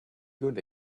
good